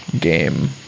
game